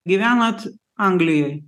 gyvenat anglijoj